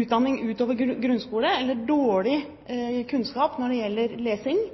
utdanning utover grunnskole, eller som har liten kunnskap når det gjelder lesing,